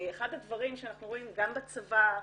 אחד הדברים שאנחנו רואים גם בצבא,